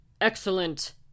Excellent